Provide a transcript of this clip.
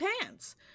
pants